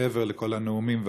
מעבר לכל הנאומים והחזונות.